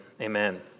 amen